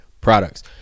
products